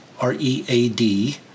R-E-A-D